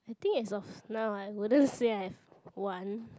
I think as of now I wouldn't say I have one